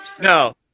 No